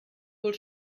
wohl